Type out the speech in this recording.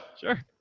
Sure